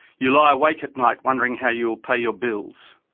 you lie awake at night wondering how you will pay your bills.